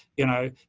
you know,